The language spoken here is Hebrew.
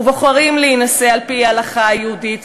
ובוחרים להינשא על-פי ההלכה היהודית,